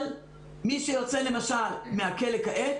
אבל מי שיוצא מהכלא כעת,